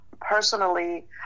personally